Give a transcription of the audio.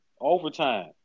Overtime